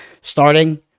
starting